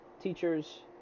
teachers